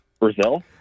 Brazil